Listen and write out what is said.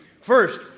First